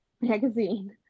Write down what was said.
Magazine